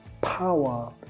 power